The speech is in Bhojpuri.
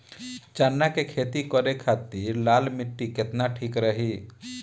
चना के खेती करे के खातिर लाल मिट्टी केतना ठीक रही?